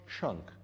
chunk